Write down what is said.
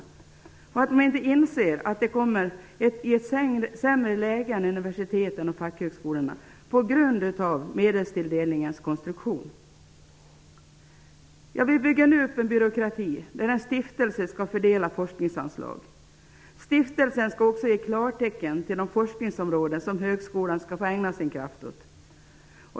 Det förvånar mig att man inte inser att de regionala högskolorna kommer i ett sämre läge än universiteten och fackhögskolorna på grund av medelstilldelningens konstruktion. Vi bygger nu upp en byråkrati där en stiftelse skall fördela forskningsanslag. Stiftelsen skall också ge klartecken till de forskningsområden som högskolan skall få ägna sin kraft åt.